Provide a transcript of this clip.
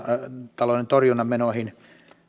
talouden torjunnan menoihin